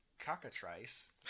cockatrice